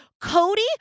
Cody